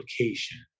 application